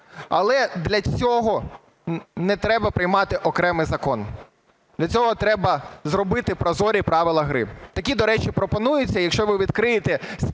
Але для цього не треба приймати окремий закон, для цього треба зробити прозорі правила гри. Такі, до речі, пропонуються, якщо ви відкриєте спільну